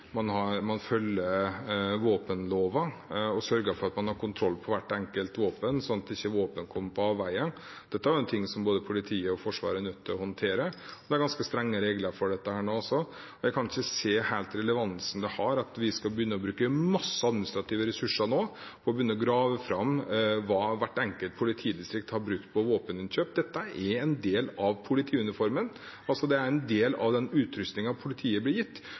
man følger våpenloven og sørger for at man har kontroll på hvert enkelt våpen, sånn at våpen ikke kommer på avveier. Dette er noe som både politiet og Forsvaret er nødt til å håndtere. Det er ganske strenge regler for dette nå også. Jeg kan ikke helt se relevansen det har at vi skal begynne å bruke en masse administrative ressurser på å begynne å grave fram hva hvert enkelt politidistrikt har brukt på våpenkjøp. Dette er en del av politiuniformen, det er en del av den utrustningen politiet blir gitt.